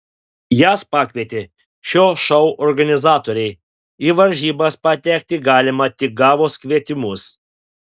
jas pakvietė šio šou organizatoriai į varžybas patekti galima tik gavus kvietimus